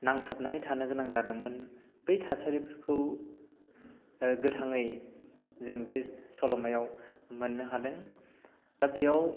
नांथाबनानै थानो गोनां जादोंमोन बै थासारिफोरखौ गोथाङै जों बे सल'मायाव मोननो हादों दा बेयाव